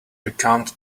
recount